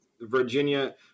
virginia